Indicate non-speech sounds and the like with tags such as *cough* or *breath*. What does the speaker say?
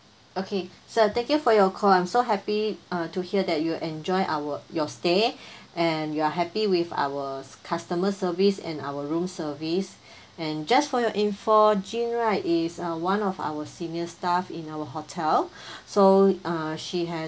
okay sir thank you for your call I'm so happy uh to hear that you enjoy our your stay *breath* and you're happy with our customer service and our room service *breath* and just for your info jean right is one of our senior staff in our hotel *breath* so uh she has